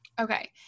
Okay